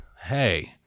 hey